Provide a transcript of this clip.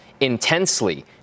intensely